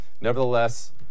nevertheless